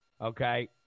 Okay